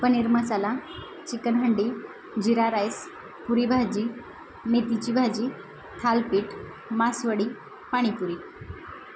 paneer masala chicken handi jeera rice puri bhaji मेथीची भाजी थालपीठ मासवडी पाणीपुरी